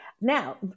Now